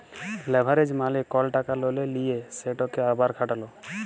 leverage মালে কল টাকা ললে লিঁয়ে সেটকে আবার খাটালো